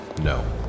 no